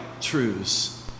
truths